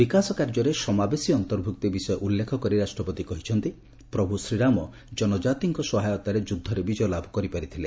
ବିକାଶ କାର୍ଯ୍ୟରେ ସମାବେଶୀ ଅନ୍ତର୍ଭୁକ୍ତି ବିଷୟ ଉଲ୍ଲ୍ଖେ କରି ରାଷ୍ଟ୍ରପତି କହିଛନ୍ତି ପ୍ରଭୁ ଶ୍ରୀରାମ ଜନକାତିଙ୍କ ସହାୟତାରେ ଯୁଦ୍ଧରେ ବିଜୟ ଲାଭ କରିପାରିଥିଲେ